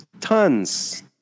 Tons